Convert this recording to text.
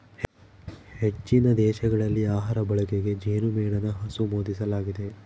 ಹೆಚ್ಚಿನ ದೇಶಗಳಲ್ಲಿ ಆಹಾರ ಬಳಕೆಗೆ ಜೇನುಮೇಣನ ಅನುಮೋದಿಸಲಾಗಿದೆ